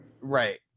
Right